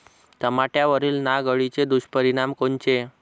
टमाट्यावरील नाग अळीचे दुष्परिणाम कोनचे?